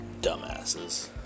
Dumbasses